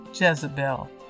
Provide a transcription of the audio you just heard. Jezebel